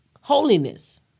holiness